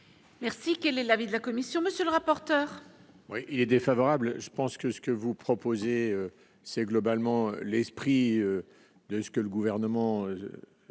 Merci, quel est l'avis de la commission, monsieur le rapporteur.